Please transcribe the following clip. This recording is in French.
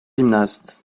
gymnaste